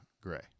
gray